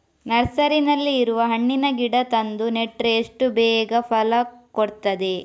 ನರ್ಸರಿನಲ್ಲಿ ಇರುವ ಹಣ್ಣಿನ ಗಿಡ ತಂದು ನೆಟ್ರೆ ಎಷ್ಟು ಬೇಗ ಫಲ ಕೊಡ್ತದೆ